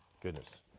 goodness